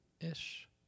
ish